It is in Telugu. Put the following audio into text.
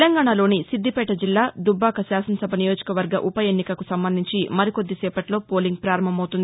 తెలంగాణలోని సిద్దిపేట జిల్లా దుబ్బాక శాసనసభ నియోజకవర్గ ఉపఎన్నికకు సంబంధించి మరికొద్ది సేపట్లో పోలింగ్ పారంభమవుతుంది